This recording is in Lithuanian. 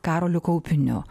karoliu kaupiniu